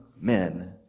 men